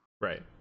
right